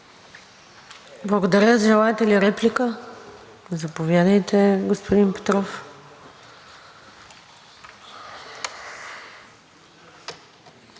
Благодаря. Желаете ли реплика? Заповядайте, господин Петров.